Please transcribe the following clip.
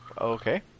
Okay